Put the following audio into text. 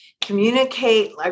communicate